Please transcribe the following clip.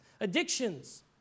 Addictions